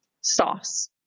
Sauce